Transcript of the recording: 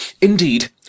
Indeed